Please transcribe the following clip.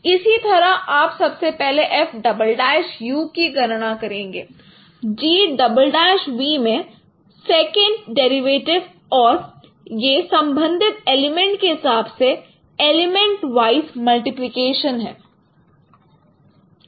इसी तरह आप सबसे पहले F" की गणना करेंगे G" मैं सेकंड डेरिवेटिव और यह संबंधित एलिमेंट के हिसाब से एलिमेंट वाइज मल्टीप्लिकेशन है